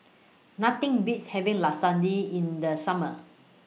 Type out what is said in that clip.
Nothing Beats having Lasagne in The Summer